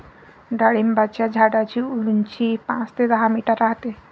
डाळिंबाच्या झाडाची उंची पाच ते दहा मीटर राहते